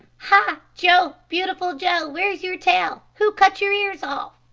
ha, joe, beautiful joe! where's your tail? who cut your ears off?